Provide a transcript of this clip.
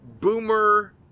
boomer